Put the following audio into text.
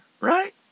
right